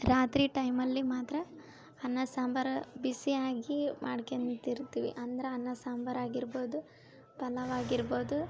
ರಾತ್ರಿ ಟೈಮಲ್ಲಿ ಮಾತ್ರ ಅನ್ನ ಸಾಂಬರು ಬಿಸಿ ಆಗಿ ಮಾಡ್ಕೆನ್ತಿರ್ತೀವಿ ಅಂದ್ರ ಅನ್ನ ಸಾಂಬಾರು ಆಗಿರ್ಬೋದು ಪಲಾವು ಆಗಿರ್ಬೋದು